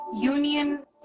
union